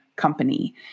company